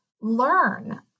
learn